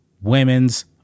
women's